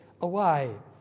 away